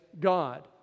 God